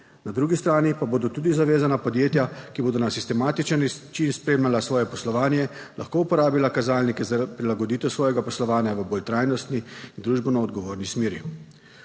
na drugi strani pa bodo tudi zavezana podjetja, ki bodo na sistematičen način spremljala svoje poslovanje, lahko uporabila kazalnike za prilagoditev svojega poslovanja v bolj trajnostni in družbeno odgovorni smeri.